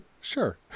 Sure